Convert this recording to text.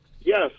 Yes